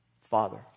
Father